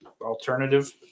alternative